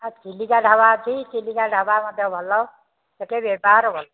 ଆଉ ଚିଲିକା ଢାବା ଅଛି ଚିଲିକା ଢାବା ମଧ୍ୟ ଭଲ ସେଠି ବ୍ୟବହାର ଭଲ